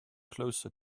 closer